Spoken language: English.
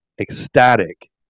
ecstatic